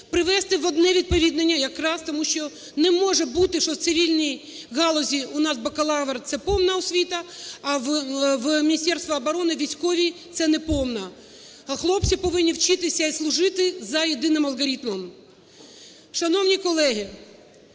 привести в одне відповіднення якраз. Тому що не може бути, що в цивільній галузі у нас бакалавр – це повна освіта, а в Міністерства оброни, у військовій – це неповна, а хлопці повинні вчитися і служити за єдиним алгоритмом. Шановні колеги,